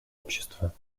общества